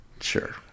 Sure